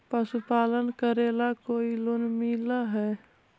पशुपालन करेला कोई लोन मिल हइ?